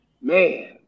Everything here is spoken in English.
Man